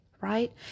right